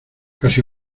casi